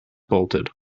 bolted